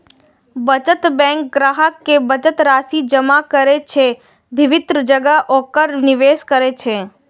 बचत बैंक ग्राहक के बचत राशि जमा करै छै आ विभिन्न जगह ओकरा निवेश करै छै